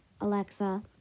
Alexa